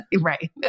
Right